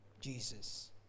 Jesus